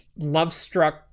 love-struck